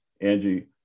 Angie